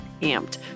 amped